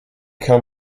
come